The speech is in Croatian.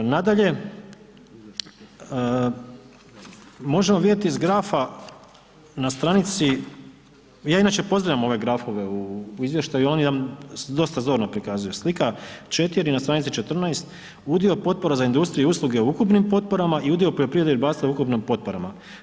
Nadalje, možemo vidjeti iz grafa na stranici, ja inače pozdravljam ove grafove u izvještaju oni nam dosta zorno prikazuju, slika 4. na stranici 14. udio potpora za industrije i usluge u ukupnim potporama i udio poljoprivrede i ribarstva u ukupnim potporama.